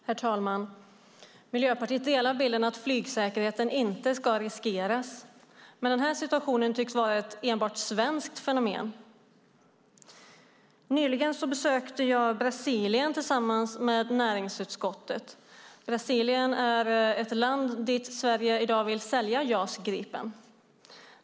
Herr talman! Miljöpartiet delar bilden att flygsäkerheten inte ska riskeras. Men den här situationen tycks vara ett enbart svenskt fenomen. Nyligen besökte jag Brasilien tillsammans med näringsutskottet. Brasilien är ett land dit Sverige i dag vill sälja JAS Gripen.